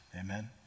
Amen